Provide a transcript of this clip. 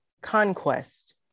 conquest